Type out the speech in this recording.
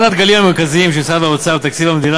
אחד הדגלים המרכזיים של משרד האוצר בתקציב המדינה